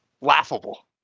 laughable